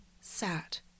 sat